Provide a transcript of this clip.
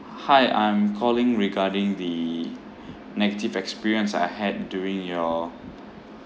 hi I'm calling regarding the negative experience I had during your